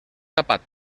tapat